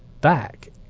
back